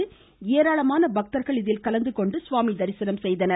இதில் ஏராளமான பக்தர்கள் கலந்துகொண்டு சுவாமி தரிசனம் செய்தனர்